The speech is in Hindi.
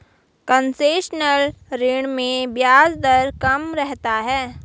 कंसेशनल ऋण में ब्याज दर कम रहता है